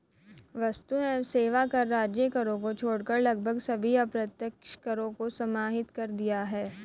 वस्तु एवं सेवा कर राज्य करों को छोड़कर लगभग सभी अप्रत्यक्ष करों को समाहित कर दिया है